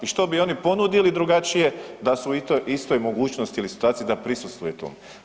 I što bi oni ponudili drugačije da su u istoj mogućnosti ili situaciji da prisustvuje tom.